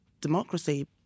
democracy